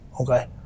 Okay